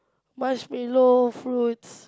marshmallow fruits